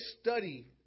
study